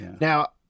Now